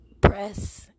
press